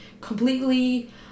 completely